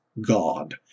God